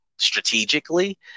strategically